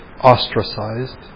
ostracized